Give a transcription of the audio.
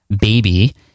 Baby